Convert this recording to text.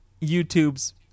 YouTube's